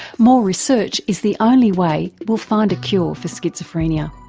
more research is the only way we'll find a cure for schizophrenia.